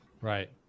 Right